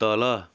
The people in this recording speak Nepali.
तल